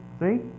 See